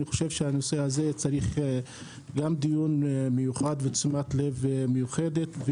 הנושא הזה צריך גם דיון מיוחד ותשומת לב מיוחדת,